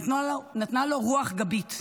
נתנה לו רוח גבית.